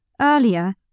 Earlier